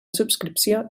subscripció